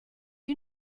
you